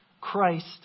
Christ